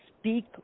speak